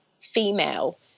female